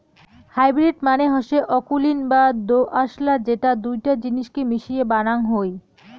hybrid মানে হসে অকুলীন বা দোআঁশলা যেটা দুইটা জিনিসকে মিশিয়ে বানাং হই